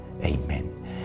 Amen